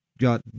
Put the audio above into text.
got